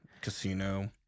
Casino